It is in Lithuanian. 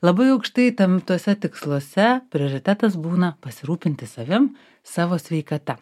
labai aukštai tam tuose tiksluose prioritetas būna pasirūpinti savim savo sveikata